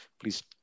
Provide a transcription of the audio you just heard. Please